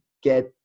get